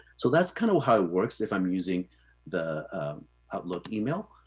so that's kind of how it works if i'm using the outlook email.